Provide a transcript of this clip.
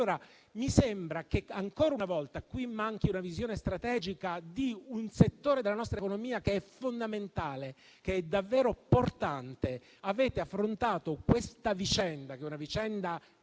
Mi sembra che, ancora una volta, qui manchi una visione strategica per settore della nostra economia che è fondamentale e davvero portante. Avete affrontato questa vicenda, che necessiterebbe